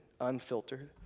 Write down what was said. unfiltered